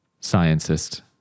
scientist